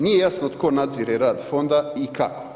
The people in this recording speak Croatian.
Nije jasno tko nadzire rad fonda i kako.